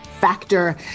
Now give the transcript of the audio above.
Factor